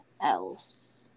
else